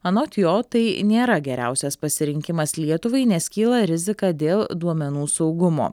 anot jo tai nėra geriausias pasirinkimas lietuvai nes kyla rizika dėl duomenų saugumo